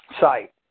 site